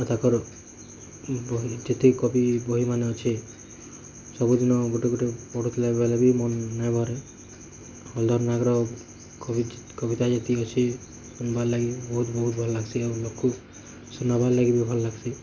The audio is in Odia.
ତାକର ବହି ଯେତିକି କବି ବହିମାନେ ଅଛି ସବୁଦିନ ଗୋଟେ ଗୋଟେ ପଢ଼ୁଥିଲେ ବେଲେ ବି ମନ ନାଇଁ ଭରେ ବଲଧର ନାୟକର କବି କବିତା ଯେତିକି ଅଛି ଶୁନବାର୍ ଲାଗି ବହୁତ୍ ବହୁତ୍ ଭଲ ଲାଗ୍ସି ଆଉ ଲୋକ ଶୁନାବାର୍ ଲାଗି ବି ଭଲ୍ ଲାଗ୍ସି